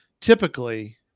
typically